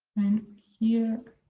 and here.